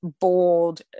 bold